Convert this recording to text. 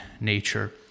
nature